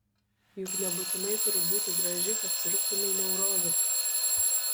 juk nebūtinai turi būti graži kad sirgtumei neuroze